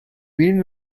been